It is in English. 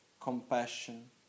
compassion